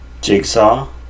Jigsaw